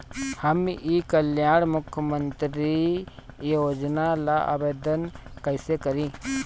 हम ई कल्याण मुख्य्मंत्री योजना ला आवेदन कईसे करी?